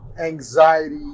anxiety